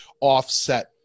offset